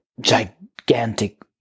gigantic